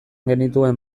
genituen